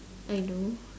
I know